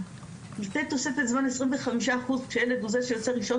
לתת תוספת זמן 25 אחוז כשילד עוזב שיוצא ראשון